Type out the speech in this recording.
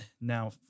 now